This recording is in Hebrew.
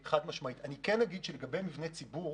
אני כן אגיד שלגבי מבני ציבור